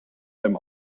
beim